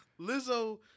Lizzo